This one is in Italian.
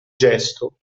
gesto